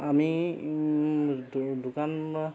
আমি দোকান